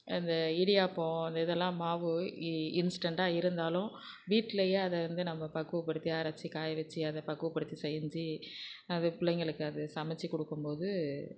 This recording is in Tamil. அந்த இடியாப்பம் அந்த இதெல்லாம் மாவு இன்ஸ்டன்ட்டாக இருந்தாலும் வீட்டிலையே அதை வந்து நம்ம பக்குவப்படுத்தி அரைச்சி காய வச்சி அதை பக்குவப்படுத்தி செஞ்சு அதை பிள்ளைங்களுக்கு அதை சமைச்சி கொடுக்கும்போது